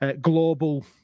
global